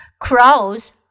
Crows